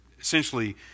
essentially